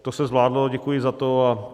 To se zvládlo, děkuji za to.